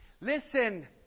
Listen